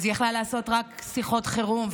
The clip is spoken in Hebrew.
אז היא יכלה לעשות רק שיחות חירום,